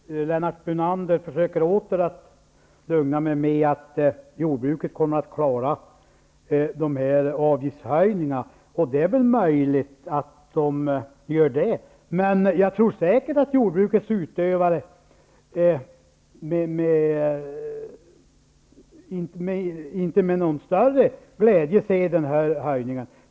Herr talman! Lennart Brunander försöker åter lugna mig med att jordbruket kommer att klara dessa avgiftshöjningar. Det är möjligt att jordbruket gör det. Men jag tror säkert att jordbrukets utövare inte ser denna höjning med någon större glädje.